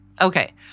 Okay